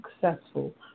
successful